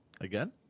Again